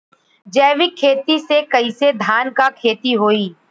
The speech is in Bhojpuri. जैविक खेती से कईसे धान क खेती होई?